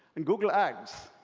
and google ads,